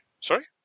Sorry